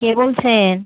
কে বলছেন